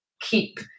keep